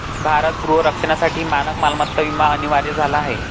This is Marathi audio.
भारत गृह रक्षणासाठी मानक मालमत्ता विमा अनिवार्य झाला आहे